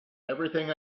everything